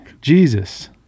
jesus